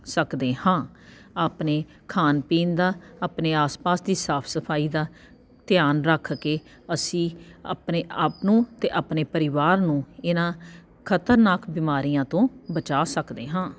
ਸਕਦੇ ਹਾਂ ਆਪਣੇ ਖਾਣ ਪੀਣ ਦਾ ਆਪਣੇ ਆਸ ਪਾਸ ਦੀ ਸਾਫ਼ ਸਫਾਈ ਦਾ ਧਿਆਨ ਰੱਖ ਕੇ ਅਸੀਂ ਆਪਣੇ ਆਪ ਨੂੰ ਅਤੇ ਆਪਣੇ ਪਰਿਵਾਰ ਨੂੰ ਇਹਨਾਂ ਖਤਰਨਾਕ ਬਿਮਾਰੀਆਂ ਤੋਂ ਬਚਾ ਸਕਦੇ ਹਾਂ